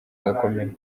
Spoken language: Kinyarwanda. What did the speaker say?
gakomeye